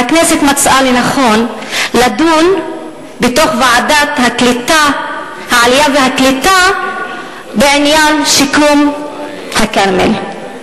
והכנסת מצאה לנכון לדון בוועדת העלייה והקליטה בעניין שיקום הכרמל.